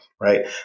Right